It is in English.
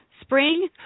spring